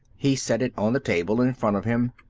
he set it on the table in front of him.